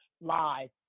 live